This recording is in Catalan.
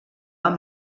amb